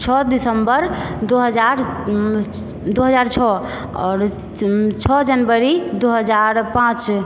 छओ दिसम्बर दू हजार दू हजार छओ आओर छओ जनवरी दू हजार पाँच